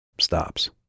stops